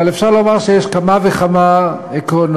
אבל אפשר לומר שיש כמה וכמה עקרונות.